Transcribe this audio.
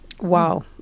Wow